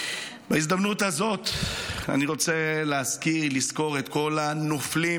בהזדמנות הזאת אני רוצה לזכור את כל הנופלים.